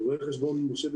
משה.